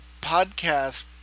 podcast